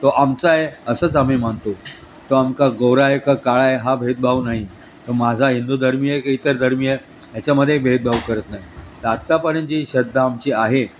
तो आमचा आहे असंच आम्ही मानतो तो अमका गोरा आहे का काळा आहेय हा भेदभाव नाही त माझा हिंदू धर्मीय का इतर धर्मीय ह्याच्यामध्ये भेदभाव करत नाही तर आत्तापर्यंतची श्रद्धा आमची आहे